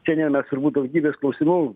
šiandien mes turbūt daugybės klausimų